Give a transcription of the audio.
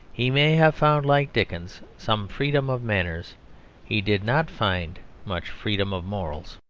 he may have found, like dickens, some freedom of manners he did not find much freedom of morals.